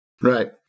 Right